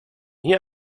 hier